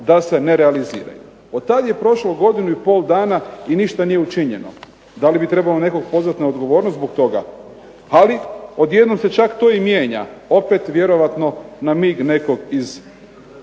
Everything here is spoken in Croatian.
da se ne realiziraju." Od tad je prošlo godinu i pol dana i ništa nije učinjeno. Da li bi nekog trebalo pozvati na odgovornost zbog toga? Ali odjednom se čak to i mijenja, opet vjerojatno na mig nekog iz